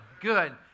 good